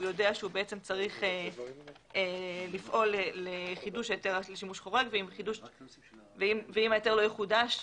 הוא יודע שהוא צריך לפעול לחידוש היתר לשימוש חורג ואם ההיתר לא יחודש,